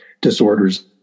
disorders